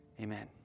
Amen